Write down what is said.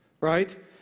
right